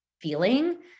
feeling